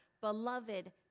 beloved